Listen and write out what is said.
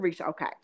okay